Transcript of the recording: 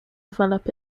develop